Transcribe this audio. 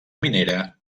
minera